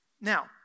Now